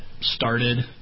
started